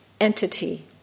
entity